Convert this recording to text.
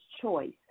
choice